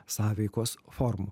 sąveikos formų